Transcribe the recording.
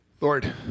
Lord